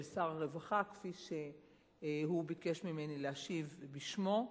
שר הרווחה כפי שהוא ביקש ממני להשיב בשמו.